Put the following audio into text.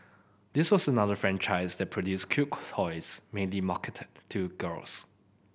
this was another franchise that produced cute toys mainly marketed to girls